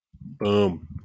Boom